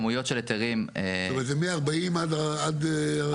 זאת אומרת זה מ-40 עד 140 אלף?